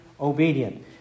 obedient